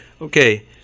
Okay